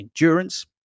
endurance